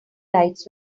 lights